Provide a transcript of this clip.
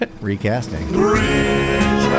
recasting